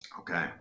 Okay